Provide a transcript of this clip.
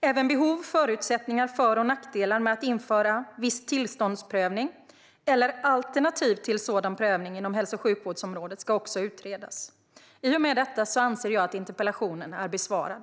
Även behov, förutsättningar, för och nackdelar med att införa viss tillståndsprövning eller alternativ till sådan prövning inom hälso och sjukvårdsområdet ska utredas. I och med detta anser jag att interpellationen är besvarad.